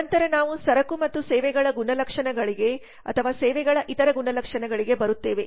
ನಂತರ ನಾವು ಸರಕು ಮತ್ತು ಸೇವೆಗಳ ಗುಣಲಕ್ಷಣಗಳಿಗೆ ಅಥವಾ ಸೇವೆಗಳ ಇತರ ಗುಣಲಕ್ಷಣಗಳಿಗೆ ಬರುತ್ತೇವೆ